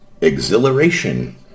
exhilaration